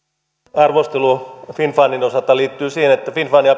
arvostelu finnfundin osalta liittyy siihen että finnfundia